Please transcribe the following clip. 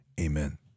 amen